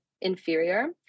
inferior